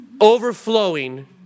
Overflowing